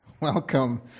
Welcome